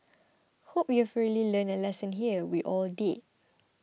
hope you've really learned a lesson here we all did